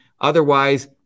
Otherwise